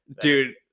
dude